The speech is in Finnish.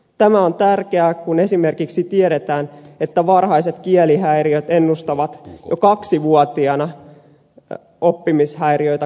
tämä on tärkeää kun esimerkiksi tiedetään että varhaiset kielihäiriöt ennustavat jo kaksivuotiaana oppimishäiriöitä koulussa